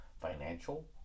financial